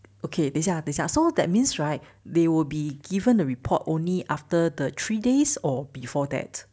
okay 等一下等一下 so that means right they will be given the report only after the three days or before that